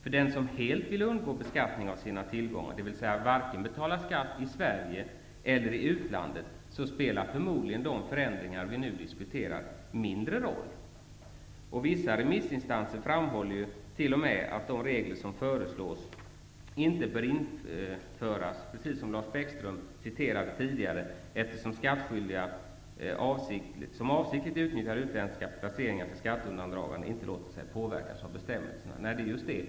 För dem som helt vill undgå beskattning av sina tillgångar, dvs. varken betala skatt i Sverige eller i utlandet, spelar de förändringar som vi nu diskuterar förmodligen mindre roll. Vissa remissinstanser framhåller t.o.m. att de föreslagna reglerna inte bör införas -- precis som Lars Bäckström citerade tidigare --, eftersom skattskyldiga som avsiktligt utnyttjar utländska placeringar för skatteundandragande inte låter sig påverkas av de föreslagna bestämmelserna. Det är just det!